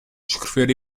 escrever